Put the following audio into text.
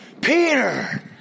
Peter